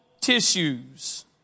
tissues